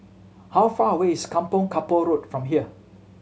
how far away is Kampong Kapor Road from here